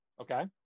Okay